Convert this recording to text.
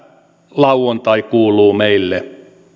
lauantai kuuluu meille